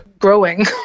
growing